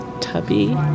Tubby